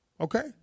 okay